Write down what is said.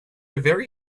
very